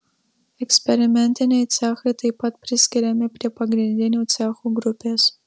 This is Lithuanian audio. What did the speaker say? eksperimentiniai cechai taip pat priskiriami prie pagrindinių cechų grupės